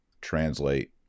translate